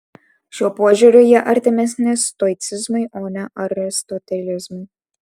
šiuo požiūriu jie artimesni stoicizmui o ne aristotelizmui